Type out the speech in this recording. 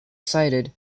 cited